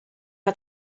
had